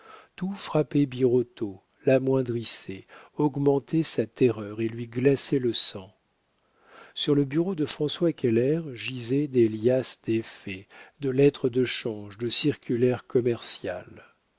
tout frappait birotteau l'amoindrissait augmentait sa terreur et lui glaçait le sang sur le bureau de françois keller gisaient des liasses d'effets de lettres de change de circulaires commerciales